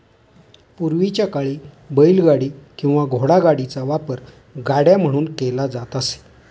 पूर्वीच्या काळी बैलगाडी किंवा घोडागाडीचा वापर गाड्या म्हणून केला जात असे